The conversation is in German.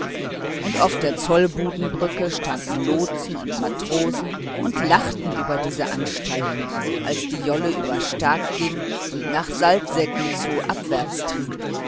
und auf der zollbudenbrücke standen lotsen und matrosen und lachten über diese anstalten als die jolle über stag ging und nach saltsäcken zu abwärts